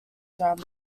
drum